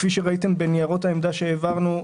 כפי שראיתם בניירות העמדה שהעברנו,